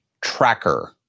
tracker